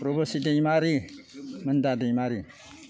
रुबुसि दैमारि मोन्दा दैमारि